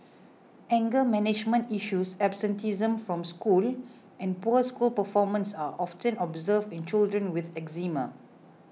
anger management issues absenteeism from school and poor school performance are often observed in children with eczema